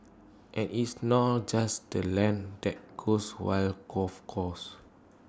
and it's not just the land that goes while golf courses